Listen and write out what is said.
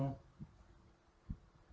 mm